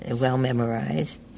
well-memorized